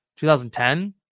2010